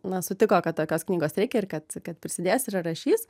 na sutiko kad tokios knygos reikia ir kad kad prisidės ir rašys